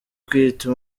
kwita